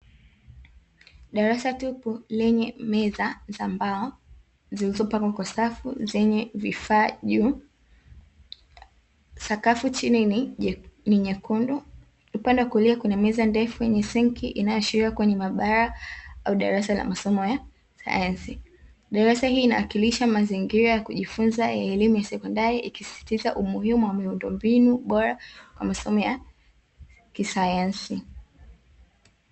Darasa tupu lenye meza za mbao zilizopangwa kwa safu zenye vifaa juu, sakafu chini ni nyekundu upande wa kulia kwenye meza ndefu yenye sinki inayoashiria kwenye maabara au darasa la masomo ya sayansi, hii inawakilisha mazingira ya kujifunza elimu ya sekondari ikisisitiza umuhimu wa miundombinu bora kwa masomo ya kisayansi.